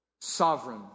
Sovereign